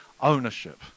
ownership